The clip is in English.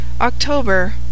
October